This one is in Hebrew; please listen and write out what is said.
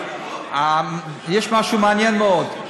יש משהו מעניין מאוד.